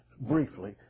briefly